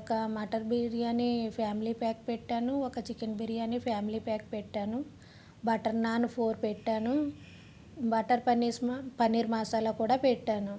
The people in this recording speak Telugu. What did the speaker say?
ఒక మటన్ బిర్యానీ ఫ్యామిలీ ప్యాక్ పెట్టాను ఒక చికెన్ బిర్యానీ ఫ్యామిలీ ప్యాక్ పెట్టాను బట్టర్ నాన్ ఫోర్ పెట్టాను బటర్ పనీస్ పనీర్ మసాలా కూడా పెట్టాను